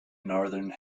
northern